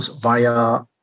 via